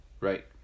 Right